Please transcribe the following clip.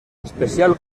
especial